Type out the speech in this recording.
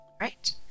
right